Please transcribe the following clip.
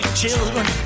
children